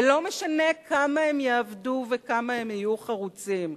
ולא משנה כמה הם יעבדו וכמה הם יהיו חרוצים,